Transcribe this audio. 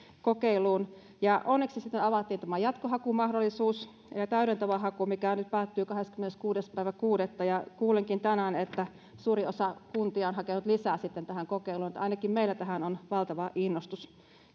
kokeiluun ja onneksi sitten avattiin tämä jatkohakumahdollisuus ja täydentävä haku mikä nyt päättyy kahdeskymmeneskuudes kuudetta ja kuulinkin tänään että suuri osa lisää kuntia on hakenut tähän kokeiluun eli ainakin meillä tähän on valtava innostus